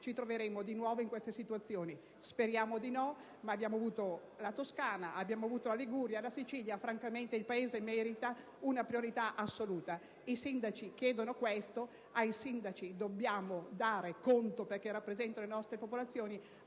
ci troveremo di nuovo in situazioni simili. Speriamo di no, ma abbiamo avuto i casi della Toscana, della Liguria e della Sicilia: francamente, il Paese merita una priorità assoluta. I sindaci chiedono questo ed ai sindaci dobbiamo dare conto, perché rappresentano le nostre popolazioni.